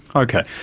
okay.